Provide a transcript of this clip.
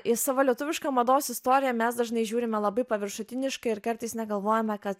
į savo lietuvišką mados istoriją mes dažnai žiūrime labai paviršutiniškai ir kartais negalvojame kad